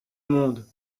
monde